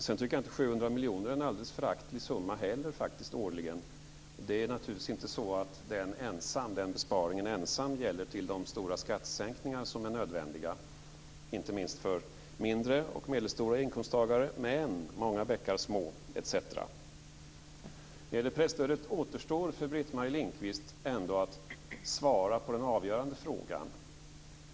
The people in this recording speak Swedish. Sedan tycker jag faktiskt inte att 700 miljoner årligen är en alldeles föraktlig summa. Det är naturligtvis inte så att den besparingen ensam räcker till de stora skattesänkningar som är nödvändiga, inte minst för mindre och medelstora inkomsttagare. Men många bäckar små, etc. När det gäller presstödet återstår för Britt-Marie Lindkvist ändå att svara på den avgörande frågan.